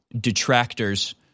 detractors